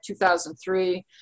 2003